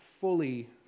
fully